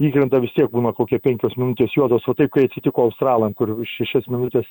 įkrenta vis tiek būna kokie penkios minutės juodos o taip kai atsitiko australams kur šešias minutes